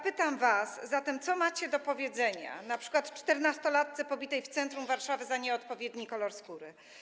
Pytam was zatem, co macie do powiedzenia np. czternastolatce pobitej w centrum Warszawy za nieodpowiedni kolor skóry.